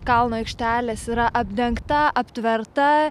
kalno aikštelės yra apdengta aptverta